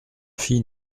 fille